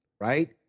Right